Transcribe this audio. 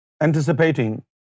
anticipating